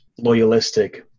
Loyalistic